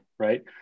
Right